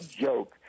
joke